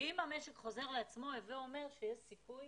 ואם המשק חוזר לעצמו, זה אומר שיש סיכוי